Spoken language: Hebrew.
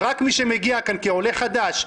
ורק מי שמגיע לכאן כעולה חדש,